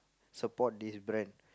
support this brand